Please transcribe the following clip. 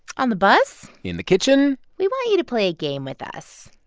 on the bus. in the kitchen. we want you to play a game with us.